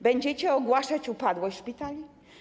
Będziecie ogłaszać upadłość szpitali?